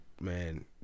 man